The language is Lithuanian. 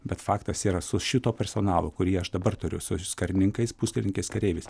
bet faktas yra su šito personalo kurį aš dabar turiu su su karininkais puskarininkiais kareiviais